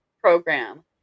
program